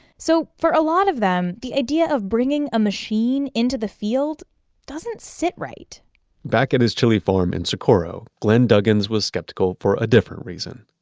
so for a lot of them, the idea of bringing a machine into the field doesn't sit right back at his chili farm in socorro, glen duggins was skeptical for a different reason.